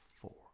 four